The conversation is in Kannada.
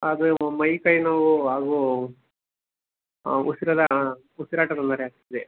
ಆದರೆ ಮೈ ಕೈ ನೋವು ಹಾಗೂ ಉಸಿರಿನ ಉಸಿರಾಟ ತೊಂದರೆ ಆಗ್ತಿದೆ